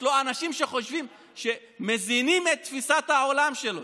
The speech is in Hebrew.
יש לו אנשים שמזינים את תפיסת העולם שלו,